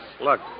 Look